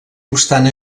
obstant